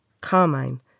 Carmine